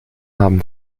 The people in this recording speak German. haben